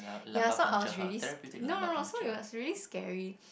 ya so I was really sca~ no no no so it was really scary